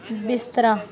ਬਿਸਤਰਾ